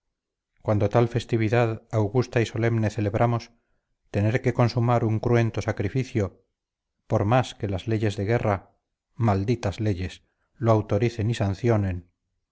cuando tal festividad augusta y solemne celebramos tener que consumar un cruento sacrificio por más que las leyes de guerra malditas leyes lo autoricen y sancionen